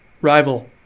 rival